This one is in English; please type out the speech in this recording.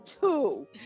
two